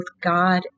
God